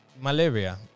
malaria